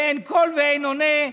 ואין קול ואין עונה.